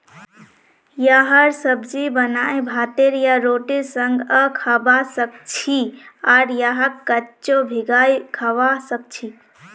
यहार सब्जी बनाए भातेर या रोटीर संगअ खाबा सखछी आर यहाक कच्चो भिंगाई खाबा सखछी